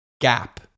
gap